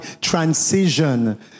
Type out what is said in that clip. transition